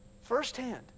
firsthand